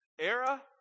era